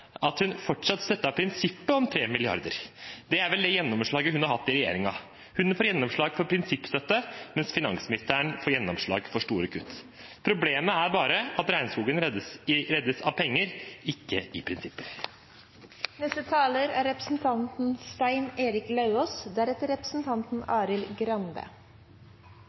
sa hun at hun fortsatt støttet prinsippet om 3 mrd. kr. Det er vel det gjennomslaget hun har hatt i regjeringen. Hun får gjennomslag for prinsippstøtte, mens finansministeren får gjennomslag for store kutt. Problemet er bare at regnskogen reddes av penger, ikke av prinsipper. Særlig etter bruk av utstrakt overtid i